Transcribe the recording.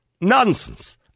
Nonsense